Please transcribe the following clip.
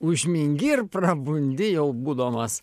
užmingi ir prabundi jau būdamas